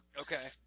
okay